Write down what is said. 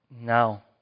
Now